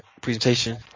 presentation